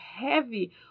heavy